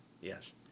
Yes